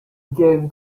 gave